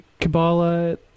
Kabbalah